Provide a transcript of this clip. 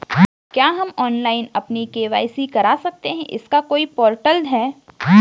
क्या हम ऑनलाइन अपनी के.वाई.सी करा सकते हैं इसका कोई पोर्टल है?